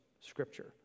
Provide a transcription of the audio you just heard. scripture